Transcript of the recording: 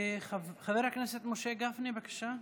חבר הכנסת משה גפני, בבקשה.